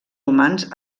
humans